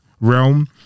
realm